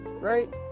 right